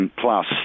plus